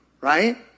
Right